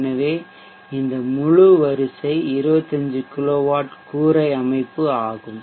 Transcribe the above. எனவே இந்த முழு வரிசை 25 கிலோவாட் கூரை அமைப்பு ஆகும்